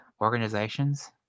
organizations